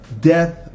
death